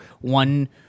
one